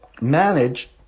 manage